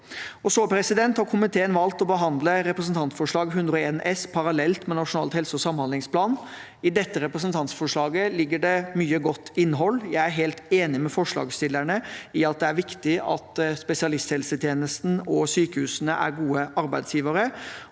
Komiteen har valgt å behandle Dokument 8:101 S for 2023–2024 parallelt med nasjonal helse- og samhandlingsplan. I dette representantforslaget ligger det mye godt innhold. Jeg er helt enig med forslagsstillerne i at det er viktig at spesialisthelsetjenesten og sykehusene er gode arbeidsgivere.